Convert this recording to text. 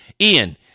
Ian